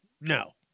no